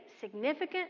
significant